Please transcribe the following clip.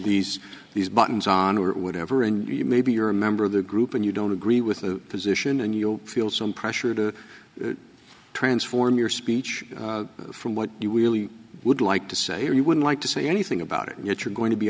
these these buttons on or whatever and maybe you're a member of the group and you don't agree with a position and you feel some pressure to transform your speech from what you really would like to say or you would like to say anything about it and yet you're going to be